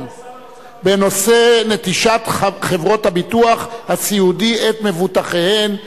בנושא: נטישת חברות הביטוח הסיעודי את מבוטחיהן.